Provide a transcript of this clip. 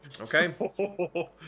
Okay